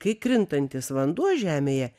kai krintantis vanduo žemėje